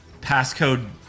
passcode